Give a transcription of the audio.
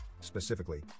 Specifically